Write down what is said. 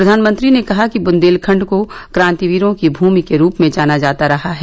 प्रधानमंत्री ने कहा कि ब्ंदेलखंड को क्रांतिवीरों की भूमि के रूप में जाना जाता रहा है